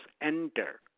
enter